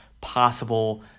possible